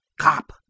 cop